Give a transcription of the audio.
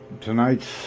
tonight's